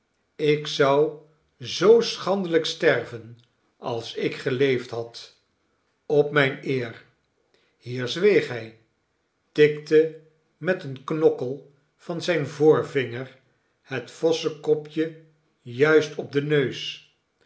ik zou zoo schandelijk sterven als ik geleefd had op mijne eer hier zweeg hij tikte met een knokkel van zijn voorvinger het vossenkopje juist op den neus